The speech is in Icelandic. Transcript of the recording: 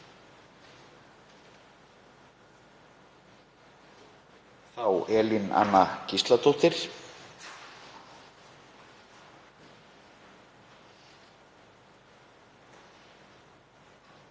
Elín Anna Gísladóttir,